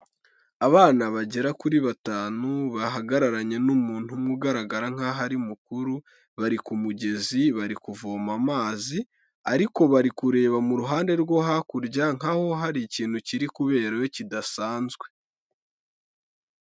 Abana bagera kuri batanu bahagararanye n'umuntu umwe ugaragara nkaho ari mukuru, bari ku mugezi bari kuvoma amazi ariko bari kureba mu ruhande rwo hakurya nkaho hari ikintu kiri kubera kidasanzwe.